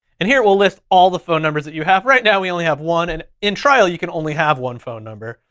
and here will list all the phone numbers that you have right now we only have one and in trial, you can only have one phone number.